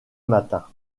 matin